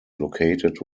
located